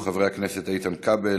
שהציעו חברי הכנסת איתן כבל,